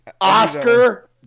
Oscar